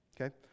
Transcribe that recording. okay